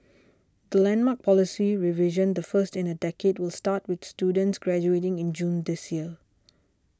the landmark policy revision the first in a decade will start with students graduating in June this year